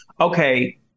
Okay